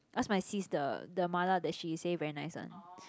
ask my sis the the Ma-la that she say very nice one